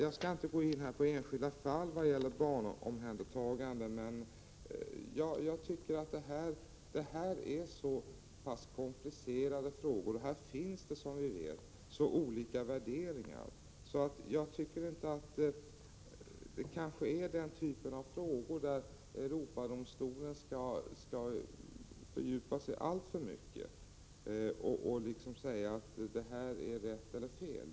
Jag skall inte gå in på enskilda fall av barnomhändertaganden, men det gäller komplicerade frågor som kan föranleda olika värderingar. Jag tycker Prot. 1987/88:99 kanske inte att Europadomstolen skall fördjupa sig alltför mycket i sådana — 13 april 1988 frågor och säga att ett visst handlande är rätt eller fel.